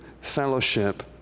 fellowship